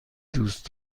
دوست